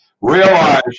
Realize